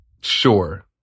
Sure